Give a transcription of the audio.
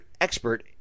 expert